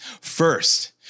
first